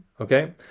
okay